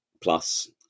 Plus